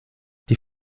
die